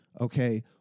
okay